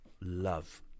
love